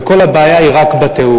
וכל הבעיה היא רק בתיאום.